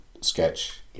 sketch